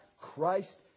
Christ